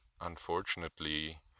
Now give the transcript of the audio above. unfortunately